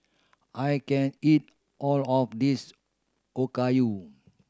I can't eat all of this Okayu